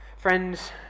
Friends